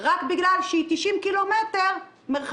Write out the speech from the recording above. רק בגלל שהיא גרה במרחק של 90 ק"מ מהכנסת.